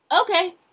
okay